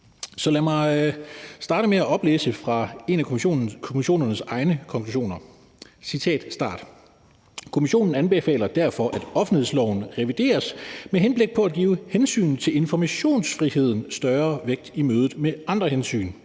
lad mig starte med at oplæse fra en af kommissionernes egne konklusioner: »Kommissionen anbefaler derfor, at offentlighedsloven revideres med henblik på at give hensynet til informationsfriheden større vægt i mødet med andre hensyn.